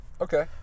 Okay